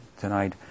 tonight